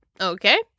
Okay